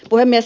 puhemies